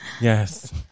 Yes